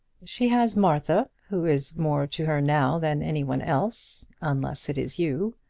she has martha, who is more to her now than any one else unless it is you.